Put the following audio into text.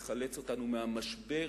שתחלץ אותנו מהמשבר,